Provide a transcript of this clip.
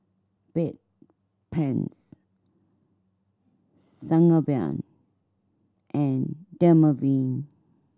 Bedpans Sangobion and Dermaveen